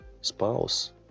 spouse